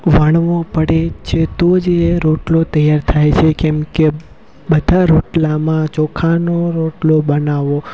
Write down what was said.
વણવો પડે છે તોજ એ રોટલો તૈયાર થાય છે કેમકે બધા રોટલામાં ચોખાનો રોટલો બનાવવો